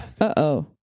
Uh-oh